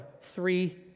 three